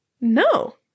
No